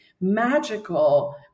magical